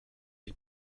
les